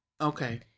Okay